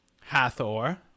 Hathor